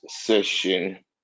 session